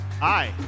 Hi